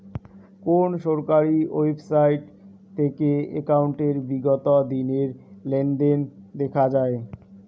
কোন সরকারি ওয়েবসাইট থেকে একাউন্টের বিগত দিনের লেনদেন দেখা যায়?